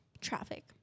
Traffic